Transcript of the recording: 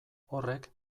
horrek